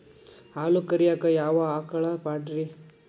ಹಾಲು ಕರಿಯಾಕ ಯಾವ ಆಕಳ ಪಾಡ್ರೇ?